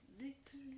victory